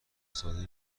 ساده